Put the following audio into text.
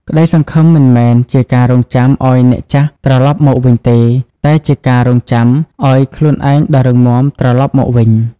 ក្តីសង្ឃឹមមិនមែនជាការរង់ចាំឱ្យអ្នកចាស់ត្រឡប់មកវិញទេ តែជាការរង់ចាំឱ្យ "ខ្លួនឯងដ៏រឹងមាំ" ត្រឡប់មកវិញ។